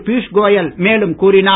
பியூஷ் கோயல் மேலும் கூறினார்